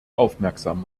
aufmerksam